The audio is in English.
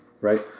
right